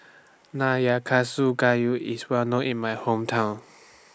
Nayakusa Gayu IS Well known in My Hometown